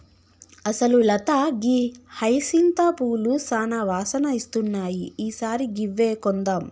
అసలు లత గీ హైసింత పూలు సానా వాసన ఇస్తున్నాయి ఈ సారి గివ్వే కొందాం